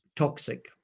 Toxic